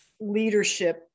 leadership